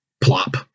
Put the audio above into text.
Plop